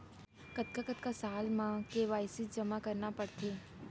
कतका कतका साल म के के.वाई.सी जेमा करना पड़थे?